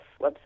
website